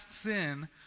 sin